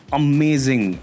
amazing